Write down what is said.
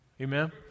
Amen